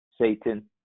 Satan